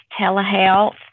telehealth